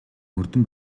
мөрдөн